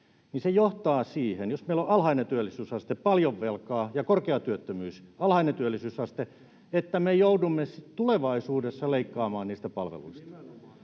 se johtaa siihen — jos meillä on alhainen työllisyysaste, paljon velkaa ja korkea työttömyys — että me joudumme tulevaisuudessa leikkaamaan niistä palveluista.